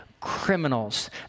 criminals